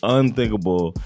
unthinkable